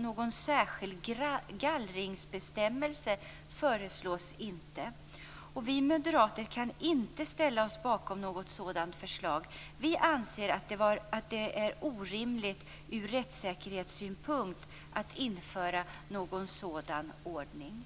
Någon särskild gallringsbestämmelse föreslås alltså inte. Vi moderater kan inte ställa oss bakom något sådant förslag. Vi anser att det är orimligt ur rättssäkerhetssynpunkt att införa en sådan ordning.